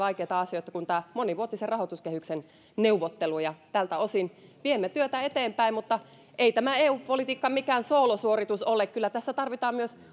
ja vaikeita asioita kuin monivuotisen rahoituskehyksen neuvottelu tältä osin viemme työtä eteenpäin mutta ei tämä eu politiikka mikään soolosuoritus ole kyllä tässä tarvitaan myös